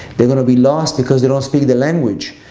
they're going to be lost because they don't speak the language.